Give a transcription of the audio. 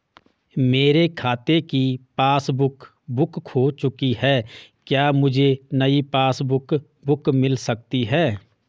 मेरे खाते की पासबुक बुक खो चुकी है क्या मुझे नयी पासबुक बुक मिल सकती है?